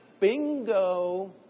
Bingo